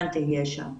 חנאן תהיה שם.